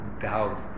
doubt